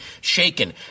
shaken